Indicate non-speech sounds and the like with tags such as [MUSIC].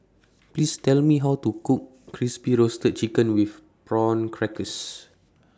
[NOISE] Please Tell Me How to Cook Crispy Roasted Chicken with Prawn Crackers